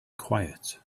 quiet